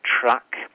track